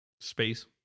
Space